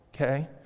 okay